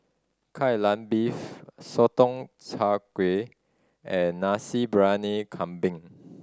Kai Lan Beef Sotong Char Kway and Nasi Briyani Kambing